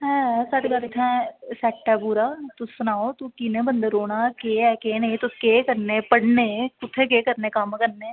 आं एह् साढ़े घर इत्थें सैट पूरा तुस सनाओ किन्ने बंदे रौह्ना ऐ केह् ऐ केह् नेईं केह् करने पढ़ने कुत्थें केह् कम्म करने